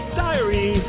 diary